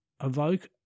evoke